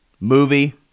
Movie